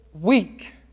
weak